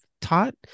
taught